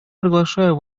приглашаю